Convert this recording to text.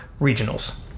regionals